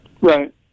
Right